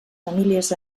famílies